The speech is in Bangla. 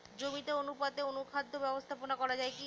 জমিতে অনুপাতে অনুখাদ্য ব্যবস্থাপনা করা য়ায় কি?